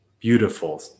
beautiful